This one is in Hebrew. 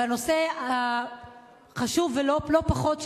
הנושא החשוב לא פחות,